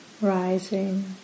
Rising